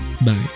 Bye